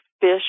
fish